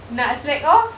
nak slack off